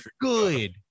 good